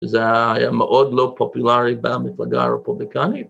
‫וזה היה מאוד לא פופולרי ‫במפלגה הרפובילקנית.